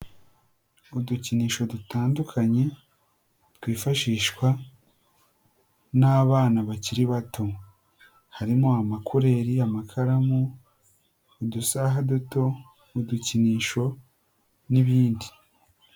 Udukinisho dutandukanye twifashishwa n'abana bakiri bato harimo amakureri, amakaramu, udusaha duto, udukinisho n'ibindi.